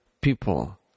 people